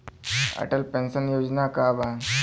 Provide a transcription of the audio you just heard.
Atal pension Yojana का बा?